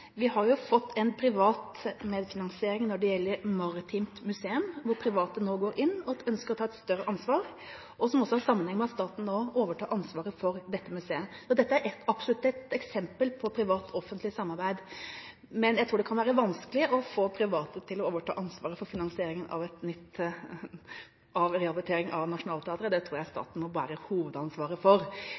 Vi har jo fått en privat medfinansiering når det gjelder Norsk Maritimt Museum, der private nå går inn og ønsker å ta et større ansvar, og som også har sammenheng med at staten nå overtar ansvaret for dette museet. Dette er absolutt et eksempel på privat-offentlig samarbeid. Men jeg tror det kan være vanskelig å få private til å overta ansvaret for finansieringen av rehabiliteringen av Nationaltheatret. Det tror jeg staten må bære hovedansvaret for.